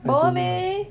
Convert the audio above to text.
bo meh